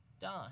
done